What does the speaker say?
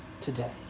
today